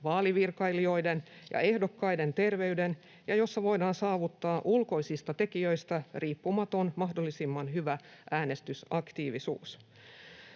vaalivirkailijoiden ja ehdokkaiden terveyden ja joissa voidaan saavuttaa ulkoisista tekijöistä riippumaton, mahdollisimman hyvä äänestysaktiivisuus.